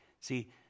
See